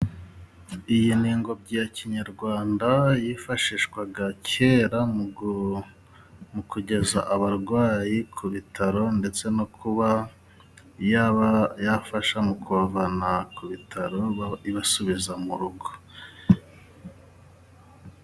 Iyi ni ingobyi ya kinyarwanda, yifashishwaga kera mu kugeza abarwayi ku bitaro, ndetse no kuba yaba yafasha mu kubavana ku bitaro ibasubiza mu rugo.